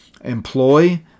employ